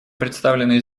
представленные